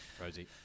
Rosie